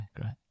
great